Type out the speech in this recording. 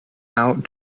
out